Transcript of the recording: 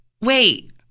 wait